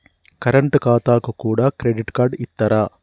Current ఖాతాకు కూడా credit card ఇత్తరా?